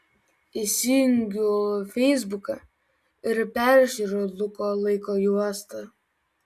įsijungiu feisbuką ir peržiūriu luko laiko juostą